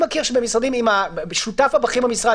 ואומר: מבחינתי הוא עובר את תנאי הסף,